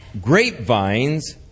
grapevines